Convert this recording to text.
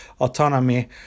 autonomy